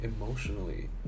emotionally